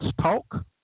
talk